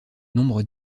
nombre